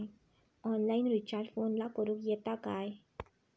Online recharge फोनला करूक येता काय?